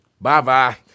Bye-bye